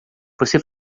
você